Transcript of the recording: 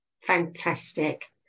Fantastic